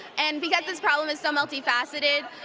and, because this problem is so multifaceted,